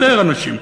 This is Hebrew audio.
יותר אנשים.